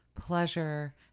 pleasure